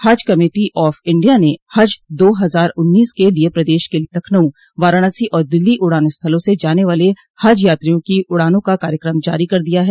हज committee of India ने हज दो हजार उन्नीस के लिये प्रदेश के लखनऊ वाराणसी और दिल्ली उड़ान स्थलों से जाने वाले हज यात्रियों की उड़ानों का कार्यक्रम जारी कर दिया है